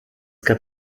gab